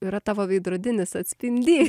yra tavo veidrodinis atspindys